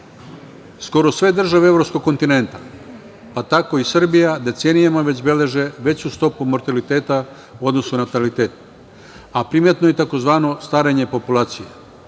Skoro sve države evropskog kontinenta, pa tako i Srbija decenijama beleže veću stopu mortaliteta u odnosu na natalitet, a primetno je tzv. starenje populacije.